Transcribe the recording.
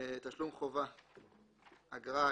""תשלום חובה" אגרה,